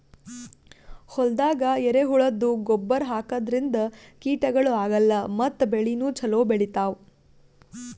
ಹೊಲ್ದಾಗ ಎರೆಹುಳದ್ದು ಗೊಬ್ಬರ್ ಹಾಕದ್ರಿನ್ದ ಕೀಟಗಳು ಆಗಲ್ಲ ಮತ್ತ್ ಬೆಳಿನೂ ಛಲೋ ಬೆಳಿತಾವ್